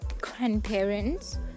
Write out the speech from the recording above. grandparents